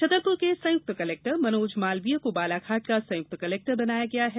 छतरपुर के संयुक्त कलेक्टर मनोज मालवीय को बालाघाट का संयुक्त कलेक्टर बनाया गया है